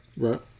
Right